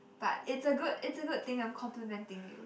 but it's a good it's a good thing I'm complementing you